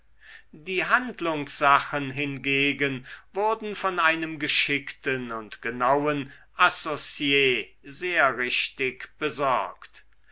die handlungssachen hingegen wurden von einem geschickten und genauen associ sehr richtig besorgt